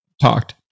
talked